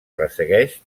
ressegueix